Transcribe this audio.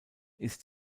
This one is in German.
ist